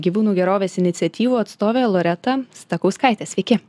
gyvūnų gerovės iniciatyvų atstovė loreta stakauskaitė sveiki